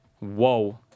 Whoa